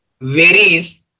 varies